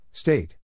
State